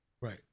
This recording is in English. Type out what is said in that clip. Right